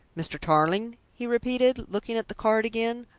mr. tarling? he repeated, looking at the card again.